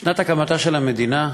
בשנת הקמתה של המדינה,